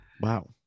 Wow